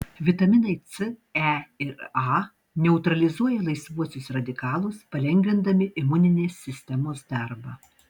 vitaminai c e ir a neutralizuoja laisvuosius radikalus palengvindami imuninės sistemos darbą